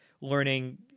learning